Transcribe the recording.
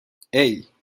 hey